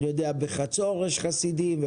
בחצור יש חסידים,